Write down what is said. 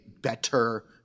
better